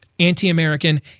anti-American